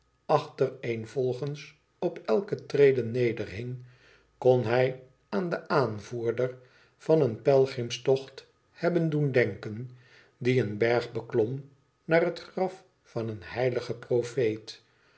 achtereenvolgens op elke trede nederhing kon hij aan den aanvoerder van een pelgrimstocht hebben doen denken die een berg beklom naar het graf van een heiligen profeet